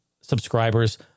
subscribers